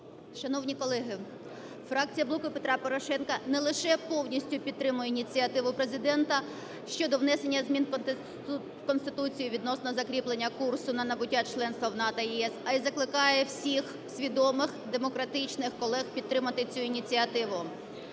Шановні колеги, фракція "Блоку Петра Порошенка" не лише повністю підтримує ініціативу Президента щодо внесення змін у Конституцію відносно закріплення курсу на набуття членства в НАТО і ЄС, а й закликає всіх свідомих демократичних колег підтримати цю ініціативу.